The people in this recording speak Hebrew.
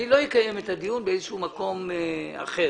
אני לא אקיים את הדיון באיזשהו מקום אחר.